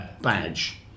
badge